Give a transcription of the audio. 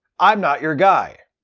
i'm not your guy.